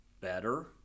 better